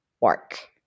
work